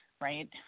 right